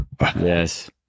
Yes